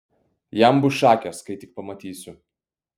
jam bus šakės kai tik pamatysiu